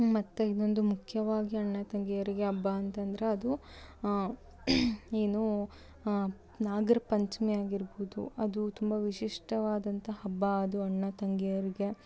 ಮತ್ತು ಇನ್ನೊಂದು ಮುಖ್ಯವಾಗಿ ಅಣ್ಣ ತಂಗಿಯರಿಗೆ ಹಬ್ಬ ಅಂತ ಅಂದರೆ ಅದು ಏನು ನಾಗರ ಪಂಚಮಿ ಆಗಿರ್ಬೋದು ಅದು ತುಂಬ ವಿಶಿಷ್ಟವಾದಂಥ ಹಬ್ಬ ಅದು ಅಣ್ಣ ತಂಗಿಯರಿಗೆ